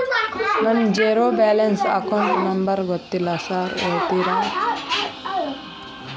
ನನ್ನ zero balance account number ಗೊತ್ತಿಲ್ಲ sir ಹೇಳ್ತೇರಿ?